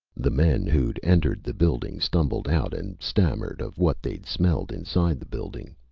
the men who'd entered the building stumbled out and stammered of what they'd smelled inside the building.